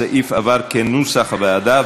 הסעיף עבר כנוסח הוועדה.